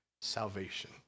salvation